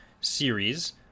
series